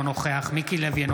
אינו נוכח מיקי לוי,